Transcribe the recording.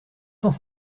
cents